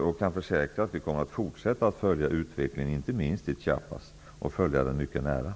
Jag kan försäkra att vi kommer att fortsätta att mycket nära följa utvecklingen, inte minst i